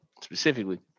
specifically